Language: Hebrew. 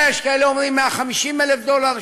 יש כאלה שאומרים 150,000 דולר,